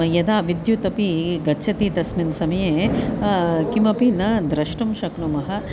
यदा विद्युत् अपि गच्छति तस्मिन् समये किमपि न द्रष्टुं शक्नुमः